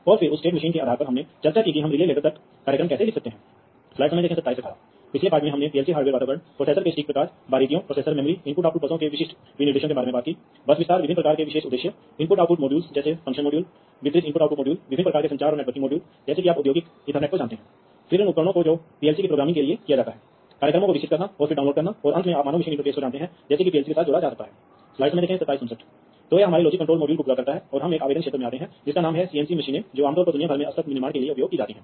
तो ऐसा क्या होता है कि आप उदाहरण के लिए बनाते हैं इस आरेख को देखें कि यहां आपके पास कई डिवाइस हैं इसलिए प्रत्येक डिवाइस से आप एक जोड़ी तार चलाते हैं और ये जंक्शन बॉक्स से जुड़े होते हैं और वहां से वे एक के माध्यम से चलते हैं वायरिंग डक्ट इसलिए प्रत्येक डिवाइस में आपके पास तारों की एक जोड़ी होती है वे एक मार्शेलिंग बॉक्स में चढ़ जाते हैं और फिर अंत में एक नियंत्रक I o कार्ड से जुड़ जाते हैं